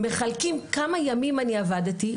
מחלקים כמה ימים עבדתי,